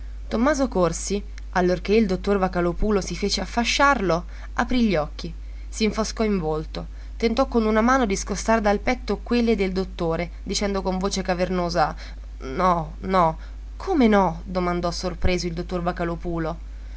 tommaso corsi allorché il dottor vocalòpulo si fece a fasciarlo aprì gli occhi s'infoscò in volto tentò con una mano di scostar dal petto quelle del dottore dicendo con voce cavernosa no no come no domandò sorpreso il dottor